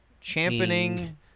Championing